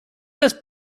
less